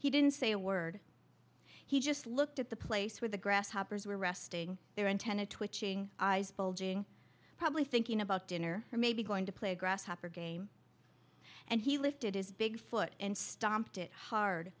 he didn't say a word he just looked at the place where the grasshoppers were resting their antenna twitching eyes bulging probably thinking about dinner or maybe going to play a grasshopper game and he lifted his big foot and stomped it hard